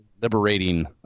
liberating